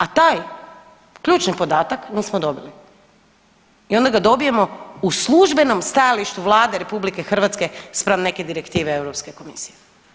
A taj ključni podatak nismo dobili i onda ga dobijemo u službenom stajalištu Vlade RH spram neke direktive Europske komisije.